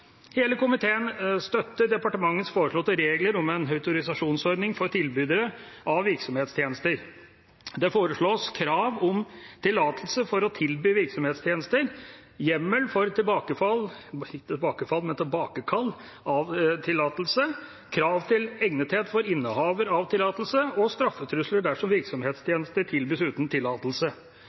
Hele komiteen støtter departementets foreslåtte regler om en autorisasjonsordning for tilbydere av virksomhetstjenester. Det foreslås krav om tillatelse for å tilby virksomhetstjenester, hjemmel for tilbakekall av tillatelse, krav til egnethet for innehaver av tillatelse og straffetrusler dersom virksomhetstjenester tilbys uten tillatelse.